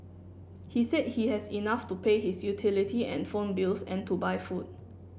he said he has enough to pay his utility and phone bills and to buy food